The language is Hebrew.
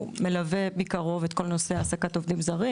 הוא מלווה מקרוב את כל נושא העסקת עובדים זרים,